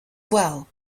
well